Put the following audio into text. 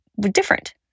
different